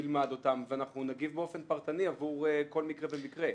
נלמד אותם ואנחנו נגיב באופן פרטני עבור כל מקרה ומקרה.